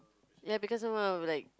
ya because I wana be like